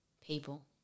people